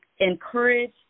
encourage